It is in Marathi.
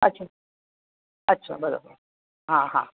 अच्छा अच्छा बरोबर हां हां